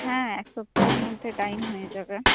হ্যাঁ এক সপ্তাহের মধ্যে টাইম হয়ে যাবে